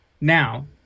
now